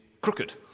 crooked